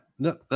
No